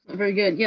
very good. yeah